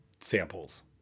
samples